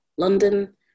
London